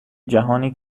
جهانی